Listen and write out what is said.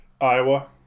Iowa